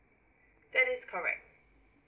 that is correct